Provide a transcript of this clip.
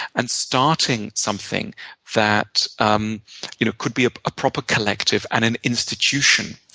and starting something that um you know could be a ah proper collective and an institution.